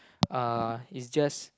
uh is just